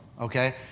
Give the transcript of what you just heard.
Okay